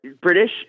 British